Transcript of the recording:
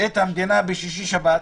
את המדינה בשישי-שבת?